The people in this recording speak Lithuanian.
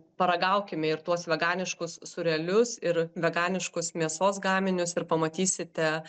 paragaukime ir tuos veganiškus sūrelius ir veganiškus mėsos gaminius ir pamatysite